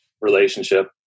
Relationship